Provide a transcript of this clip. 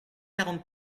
quarante